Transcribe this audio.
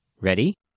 Ready